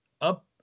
up